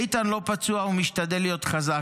איתן לא פצוע, ומשתדל להיות חזק.